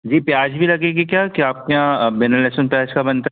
जी प्याज़ भी लगेगी क्या क्या आपके यहाँ बिना लहसुन प्याज़ का बनता है